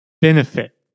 benefit